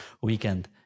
weekend